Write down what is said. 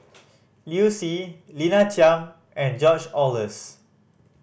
Liu Si Lina Chiam and George Oehlers